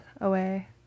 away